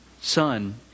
Son